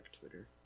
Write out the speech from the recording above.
Twitter